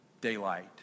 Daylight